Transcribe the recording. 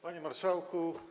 Panie Marszałku!